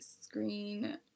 screen